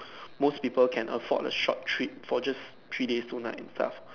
most people can afford the short trip for just three days two nights stuff